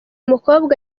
mukobwa